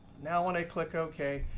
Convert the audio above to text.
now when i click ok,